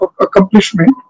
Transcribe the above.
accomplishment